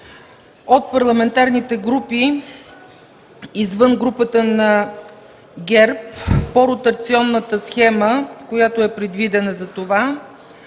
от парламентарните групи, извън групата на ГЕРБ, по ротационната схема, която е предвидена към това.